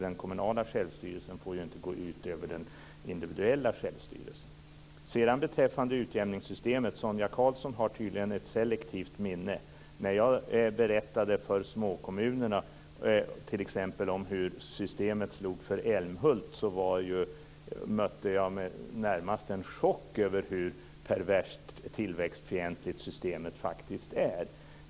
Den kommunala självstyrelsen får ju inte gå ut över den individuella självstyrelsen. När det sedan gäller utjämningssystemet har Sonia Karlsson tydligen ett selektivt minne. När jag berättade för Småkommunerna hur systemet slog för t.ex. Älmhult mötte jag närmast en chock över hur perverst tillväxtfientligt systemet faktiskt är.